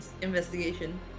investigation